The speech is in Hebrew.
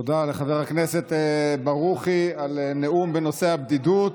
תודה לחבר הכנסת ברוכי על נאום בנושא הבדידות,